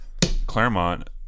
Claremont